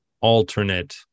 alternate